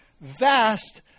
vast